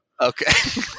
okay